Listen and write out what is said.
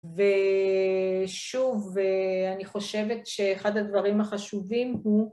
ושוב, אני חושבת שאחד הדברים החשובים הוא...